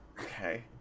Okay